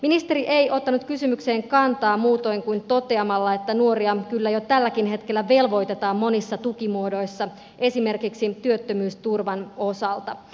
ministeri ei ottanut kysymykseen kantaa muutoin kuin toteamalla että nuoria kyllä jo tälläkin hetkellä velvoitetaan monissa tukimuodoissa esimerkiksi työttömyysturvan osalta